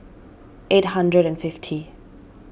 eight hundred and fifty